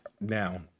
now